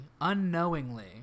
unknowingly